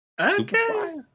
Okay